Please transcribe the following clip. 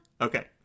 okay